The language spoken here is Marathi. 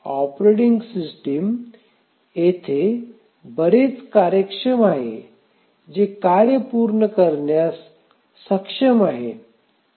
ऑपरेटिंग सिस्टम येथे बरेच कार्यक्षम आहे जे कार्य पूर्ण करण्यास सक्षम आहे